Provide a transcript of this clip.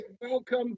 welcome